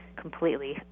completely